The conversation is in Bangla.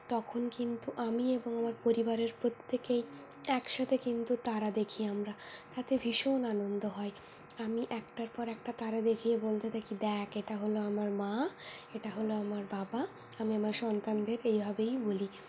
তখন কিন্তু আমি এবং আমার পরিবারের প্রত্যেকেই একসাথে কিন্তু তারা দেখি আমরা তাতে ভীষণ আনন্দ হয় আমি একটার পর একটা তারা দেখিয়ে বলতে থাকি দেখ এটা হল আমার মা এটা হল আমার বাবা আমি আমার সন্তানদের এইভাবেই বলি